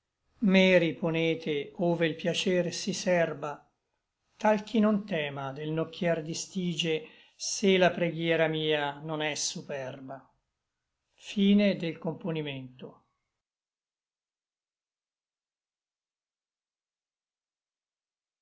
me riponete ove l piacer si serba tal ch'i non tema del nocchier di stige se la preghiera mia non è superba